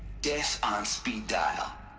death on speed dial.